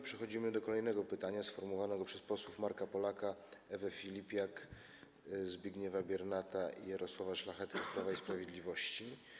Przechodzimy do kolejnego pytania sformułowanego przez posłów Marka Polaka, Ewę Filipiak, Zbigniewa Biernata i Jarosława Szlachetkę z Prawa i Sprawiedliwości.